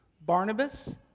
Barnabas